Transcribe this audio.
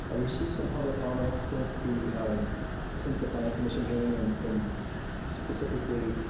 i mean received some public comment since the since the planning commission hearing, and and specifically,